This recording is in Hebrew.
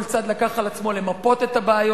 כל צד לקח על עצמו למפות את הבעיות.